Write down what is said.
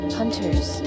hunters